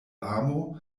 amo